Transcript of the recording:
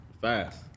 fast